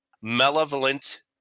malevolent